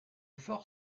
fort